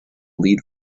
lead